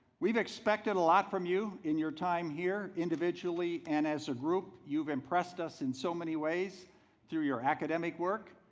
we've expected a lot from you in your time here. individually and as a group you've impressed us in so many ways through your academic work,